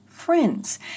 Friends